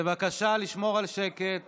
בבקשה לשמור על שקט